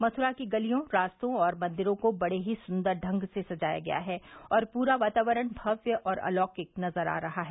मथुरा की गलियों रास्तों और मंदिरों को बड़े ही सुंदर ढंग से संजाया गया था और पूरा वातावरण भव्य और आलौकिक नजर आ रहा था